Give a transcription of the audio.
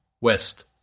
WEST